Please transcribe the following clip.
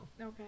Okay